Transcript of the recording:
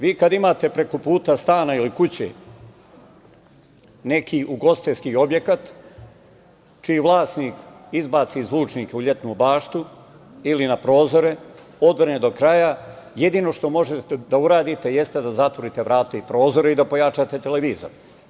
Vi, kada imate preko puta stana ili kuće, neki ugostiteljski objekat, čiji vlasnik izbaci zvučnike u letnju baštu ili na prozore, odvrne do kraja, jedino što možete da uradite, jeste da zatvorite vrata i prozore, i da pojačate televizor.